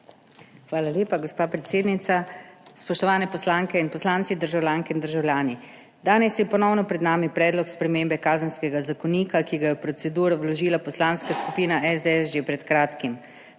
Hvala lepa, gospa predsednica. Spoštovani poslanke in poslanci, državljanke in državljani! Danes je ponovno pred nami predlog spremembe Kazenskega zakonika, ki ga je v proceduro vložila Poslanska skupina SDS že pred kratkim.